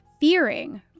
fearing